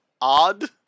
odd